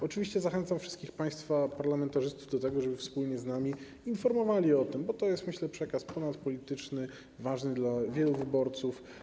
Oczywiście zachęcam wszystkich państwa parlamentarzystów do tego, żeby wspólnie z nami informowali o tym, bo to jest, jak myślę, przekaz ponadpolityczny, ważny dla wielu wyborców.